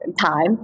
time